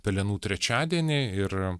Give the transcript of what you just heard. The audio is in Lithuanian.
pelenų trečiadienį ir